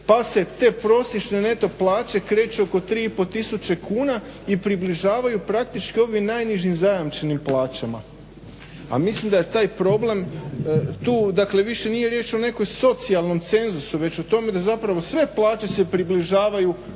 pa se te prosječne neto plaće kreću oko 3,5 tisuće kuna i približavaju ovim najnižim zajamčenim plaćama. A mislim da je taj problem, tu dakle više nije riječ o nekoj socijalnom cenzusu već o tome da sve plaće se približavaju